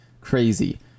crazy